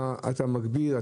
אתה מגביר,